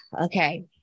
okay